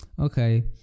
okay